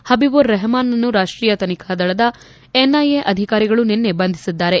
ಹಬಿಬೂರ್ ರೆಹಮಾನ್ನ್ನು ರಾಷ್ಟೀಯ ತನಿಖಾ ದಳದ ಎನ್ಐಎ ಅಧಿಕಾರಿಗಳು ನಿನ್ನೆ ಬಂಧಿಸಿದ್ದಾರೆ